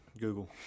Google